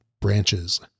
branches